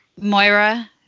Moira